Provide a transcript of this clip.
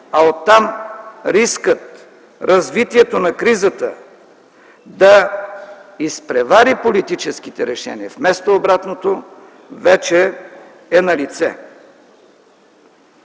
а оттам рискът развитието на кризата да изпревари политическите решения, вместо обратното, вече е налице.